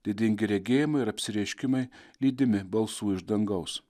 didingi regėjimai ir apsireiškimai lydimi balsų iš dangaus